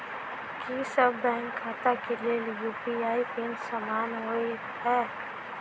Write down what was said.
की सभ बैंक खाता केँ लेल यु.पी.आई पिन समान होइ है?